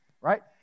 Right